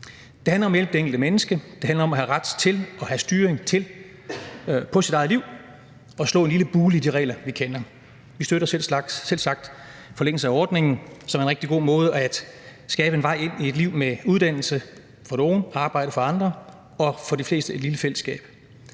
Det handler netop om det enkelte menneske; det handler om at have ret til og have styring over sit eget liv og om at slå en lille bule i de regler, vi kender. Vi støtter selvsagt forlængelsen af ordningen, som er en rigtig god måde at skabe en vej ind i et liv med uddannelse for nogle, med arbejde for andre og for de fleste: med et lille fællesskab.